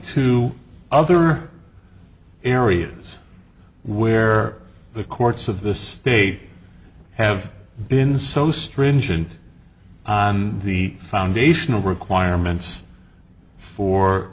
to other areas where the courts of the state have been so stringent the foundational requirements for